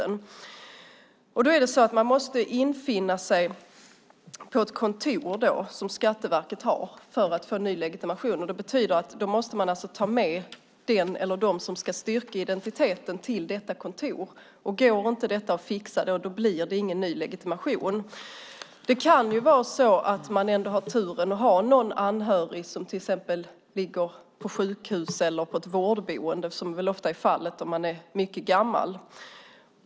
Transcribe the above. Därför gick legitimationsfrågan inte att lösa. För att få ny legitimation måste man infinna sig på något av Skatteverkets kontor. Det betyder att man måste ta med sig den eller de som ska styrka identiteten till detta kontor. Om det inte går att fixa får man ingen ny legitimation. Man kan ha turen att ha en anhörig som befinner sig på ett sjukhem eller ett vårdboende, som ofta är fallet om man är mycket gammal.